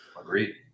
Agreed